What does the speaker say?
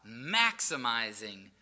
maximizing